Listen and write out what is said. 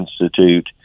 institute